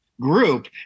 group